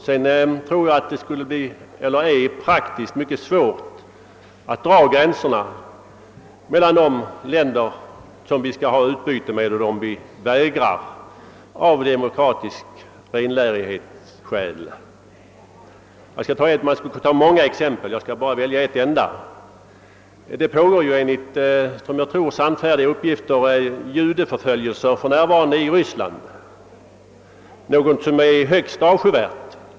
Vidare tror jag det är praktiskt mycket svårt att dra gränserna mellan de länder som vi skall ha utbyte med och dem vi av demokratiska renlärighetsskäl skulle vägra att ha utbyte med. Man skulle kunna ta många exempel, men jag skall bara välja ett enda. Det pågår för närvarande enligt såvitt jag förstår sannfärdiga uppgifter judeförföljelser i Ryssland, något som är högst avskyvärt.